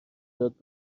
یاد